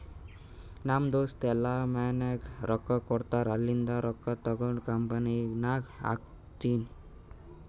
ನಮ್ ದೋಸ್ತ ಇಲ್ಲಾ ಮನ್ಯಾಗ್ ರೊಕ್ಕಾ ಕೊಡ್ತಾರ್ ಅಲ್ಲಿಂದೆ ರೊಕ್ಕಾ ತಗೊಂಡ್ ಕಂಪನಿನಾಗ್ ಹಾಕ್ತೀನಿ